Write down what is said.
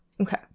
Okay